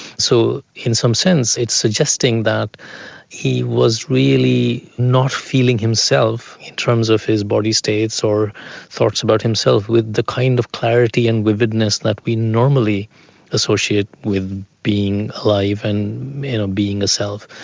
so in some sense it is suggesting that he was really not feeling himself in terms of his body states or thoughts about himself with the kind of clarity and vividness that we normally associate with being alive and being a self.